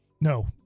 No